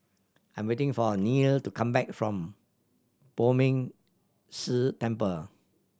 I am waiting for Neal to come back from Poh Ming Tse Temple